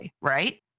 right